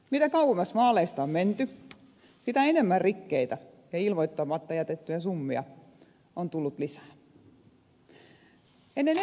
mitä kauemmas vaaleista on menty sitä enemmän rikkeitä ja ilmoittamatta jätettyjä summia on tullut lisää